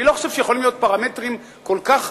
אני לא חושב שיכולים להיות פרמטרים כל כך